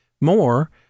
more